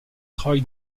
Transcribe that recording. travail